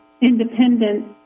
independent